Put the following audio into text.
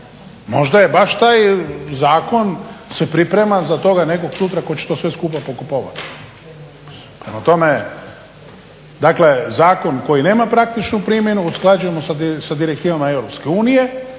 Možda je baš taj zakon se priprema za to, da nekog sutra tko će to sve skupa pokupovat. Prema tome. Dakle zakon koji nema praktičnu primjenu usklađujemo sa Direktivama EU,